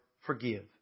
forgive